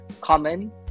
common